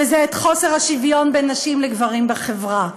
וזה חוסר השוויון בין נשים לגברים בחברה.